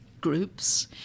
groups